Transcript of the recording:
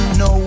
no